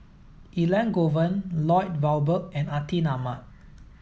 Elangovan Lloyd Valberg and Atin Amat